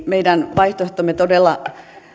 meidän vaihtoehtomme todella